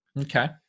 Okay